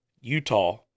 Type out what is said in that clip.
Utah